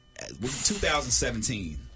2017